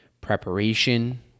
preparation